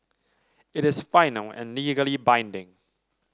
it is final and legally binding